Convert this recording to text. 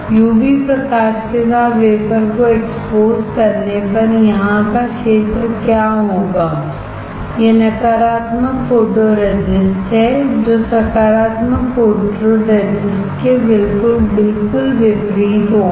UV प्रकाश के साथ वेफरको एक्सपोज करने पर यहां का क्षेत्र क्या होगा यह नकारात्मक फोटोरेजिस्ट है जो सकारात्मक फोटोरेजिस्ट के बिल्कुल विपरीत होगा